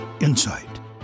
insight